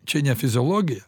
čia ne fiziologija